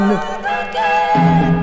again